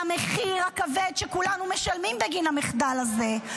על המחיר הכבד שכולנו משלמים בגין המחדל הזה.